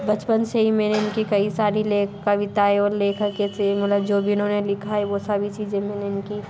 बचपन से ही मैंने इनकी कई सारी लेख कविताऍं ओर लेखक ऐसे मतलब जो भी इन्होंने लिखा है वो सभी चीज़ें मैंने इनकी